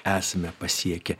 esame pasiekę